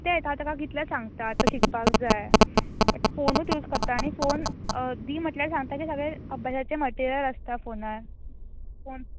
हय तेंच हांव ताका कितले सांगता आतां शिकपाक जाय बट फोनूच यूज करतां आनी फोन दी म्हणल्यार सांगता की सगलें अभ्यासाचे मटेरियल आसता फोनार कोण